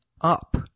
up